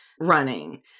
running